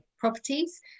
Properties